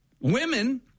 women